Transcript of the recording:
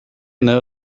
know